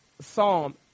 psalm